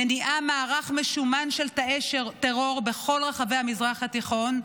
מניעה מערך משומן של תאי טרור בכל רחבי המזרח התיכון,